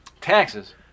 Taxes